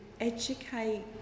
educate